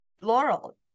Laurel